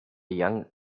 young